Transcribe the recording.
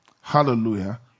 hallelujah